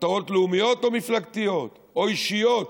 מטרות לאומיות או מפלגתיות או אישיות?